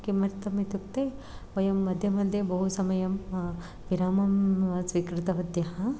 किमर्थम् इत्युक्ते वयं मध्ये मध्ये बहु समयं विरामं स्वीकृतवत्यः